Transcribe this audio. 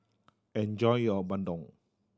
enjoy your bandung